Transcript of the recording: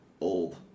old